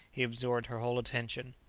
he absorbed her whole attention.